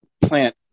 plant